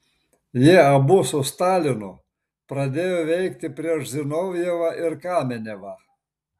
jie abu su stalinu pradėjo veikti prieš zinovjevą ir kamenevą